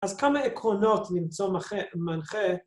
‫אז כמה עקרונות למצוא מנחה